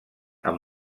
amb